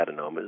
adenomas